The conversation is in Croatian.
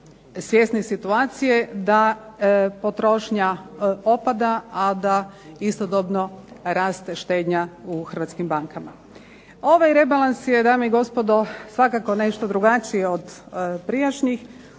svjesni situacije da potrošnja opada, a da istodobno raste štednja u hrvatskim bankama. Ovaj rebalans je, dame i gospodo, svakako nešto drugačiji od prijašnjih